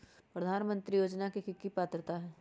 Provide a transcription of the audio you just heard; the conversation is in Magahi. प्रधानमंत्री योजना के की की पात्रता है?